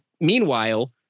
meanwhile